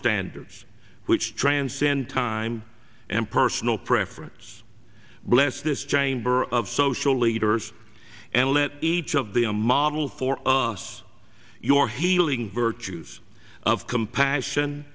standards which transcend time and personal preference bless this chamber of social leaders and let each of the a model for us your healing virtues of compassion